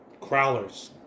Crowlers